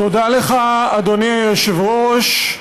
תודה לך, אדוני היושב-ראש.